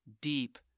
deep